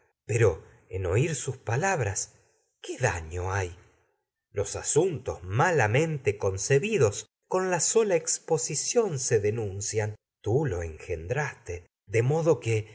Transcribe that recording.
pero en oír palabras qué la daüo sola hay los asuntos se malamente tú concebidos lo con exposición que denuncian te engendraste manera de modo ni